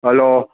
hello